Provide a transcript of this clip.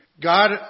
God